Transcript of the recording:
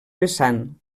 vessant